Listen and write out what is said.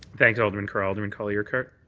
thank you, alderman carra. alderman colley-urquhart?